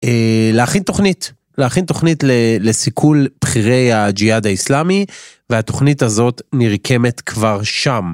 להכין תוכנית, להכין תוכנית לסיכול בחירי הג'יהאד האיסלאמי, והתוכנית הזאת נרקמת כבר שם.